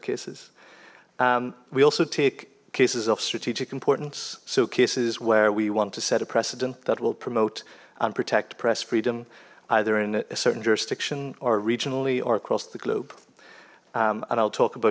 cases we also take cases of strategic importance so cases where we want to set a precedent that will promote and protect press freedom either in a certain jurisdiction or regionally or across the globe and i'll talk about